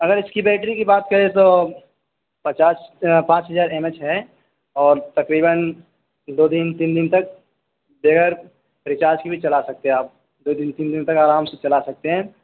اگر اس کی بیٹری کی بات کریں تو پچاس پانچ ہزار ایم ایچ ہے اور تقریباً دو دن تین دن تک بغیر ریچارج کے بھی چلا سکتے ہیں آپ دو دن تین دن تک آرام سے چلا سکتے ہیں